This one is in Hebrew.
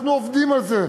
אנחנו עובדים על זה.